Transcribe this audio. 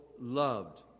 loved